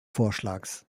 vorschlags